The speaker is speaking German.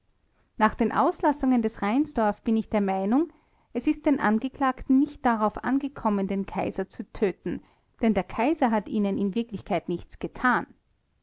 nach den auslassungen des reinsdorf bin ich der meinung es ist den angeklagten nicht darauf angekommen den kaiser zu töten denn der kaiser hat ihnen in wirklichkeit nichts getan